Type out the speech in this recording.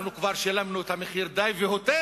אנחנו כבר שילמנו די והותר